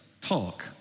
talk